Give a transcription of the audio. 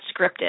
scripted